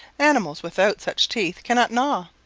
animals without such teeth cannot gnaw.